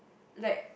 like